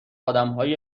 آدمهای